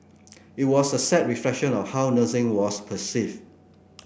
it was a sad reflection of how nursing was perceived